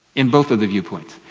in both of the viewpoints.